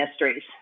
mysteries